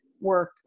work